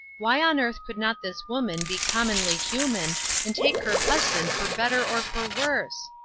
why on earth could not this woman be commonly human and take her husband for better or for worse?